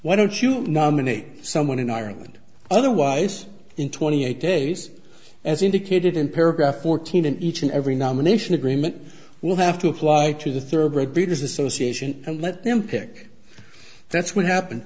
why don't you nominate someone in ireland otherwise in twenty eight days as indicated in paragraph fourteen in each and every nomination agreement will have to apply to the thoroughbred breeders association and let them pick that's what happened